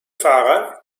fahrer